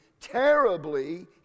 terribly